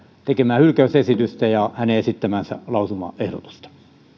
tekemää hylkäys esitystä ja hänen esittämäänsä lausumaehdotusta